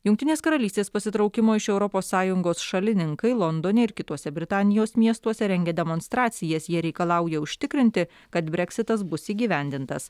jungtinės karalystės pasitraukimo iš europos sąjungos šalininkai londone ir kituose britanijos miestuose rengia demonstracijas jie reikalauja užtikrinti kad breksitas bus įgyvendintas